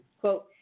quote